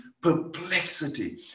perplexity